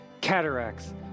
cataracts